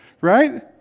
right